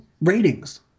ratings